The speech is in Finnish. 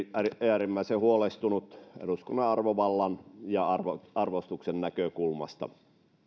äärimmäisen huolestunut myös eduskunnan arvovallan ja arvostuksen näkökulmasta